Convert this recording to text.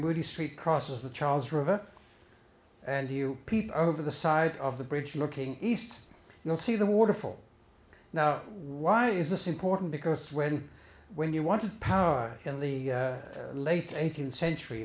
moody street crosses the charles river and you peeped over the side of the bridge looking east you'll see the waterfall now why is this important because when when you want to power in the late eighteenth century